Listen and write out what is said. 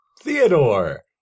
Theodore